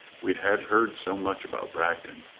we had heard so much about bragton!